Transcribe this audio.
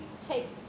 take